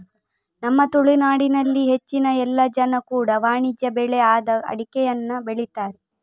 ನಮ್ಮ ತುಳುನಾಡಿನಲ್ಲಿ ಹೆಚ್ಚಿನ ಎಲ್ಲ ಜನ ಕೂಡಾ ವಾಣಿಜ್ಯ ಬೆಳೆ ಆದ ಅಡಿಕೆಯನ್ನ ಬೆಳೀತಾರೆ